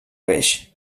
beix